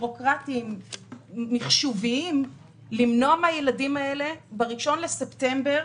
בירוקרטיים-מחשוביים למנוע מהילדים האלה ב-1 בספטמבר